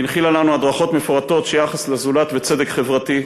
והנחילה לנו הדרכות מפורטות של יחס לזולת וצדק חברתי.